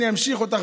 אני אמשיך אותך,